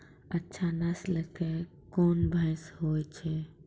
अच्छा नस्ल के कोन भैंस होय छै?